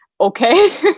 Okay